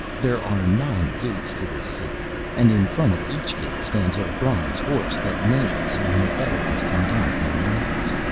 there are nine gates to this city, and in front of each gate stands a bronze horse that neighs when the bedouins come down from the mountains.